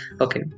Okay